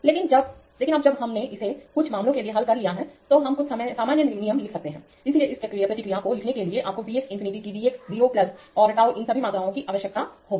लेकिनअब जब हमने इसे कुछ मामलों के लिए हल कर लिया है तो हम कुछ सामान्य नियम लिख सकते हैं इसलिए इस प्रतिक्रिया को लिखने के लिए आपको V x इंफिनिटी की V x 0 और टाउ इन सभी मात्राओं की आवश्यकता होगी